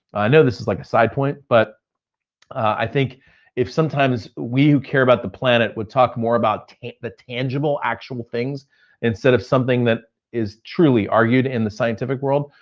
i know this is like a side point, but i think if sometimes, we care about the planet, we'll talk more about the tangible, actual things instead of something that is truly argued in the scientific world,